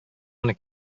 аны